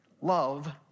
love